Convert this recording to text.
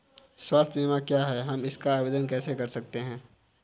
स्वास्थ्य बीमा क्या है हम इसका आवेदन कैसे कर सकते हैं?